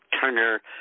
turner